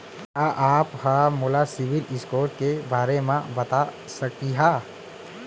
का आप हा मोला सिविल स्कोर के बारे मा बता सकिहा?